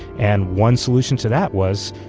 and one solution to that was,